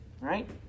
right